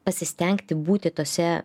pasistengti būti tose